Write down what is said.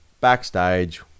backstage